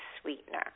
sweetener